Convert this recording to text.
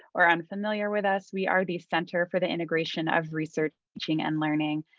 or unfamiliar with us, we are the center for the integration of research, teaching and learning.